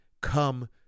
come